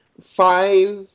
five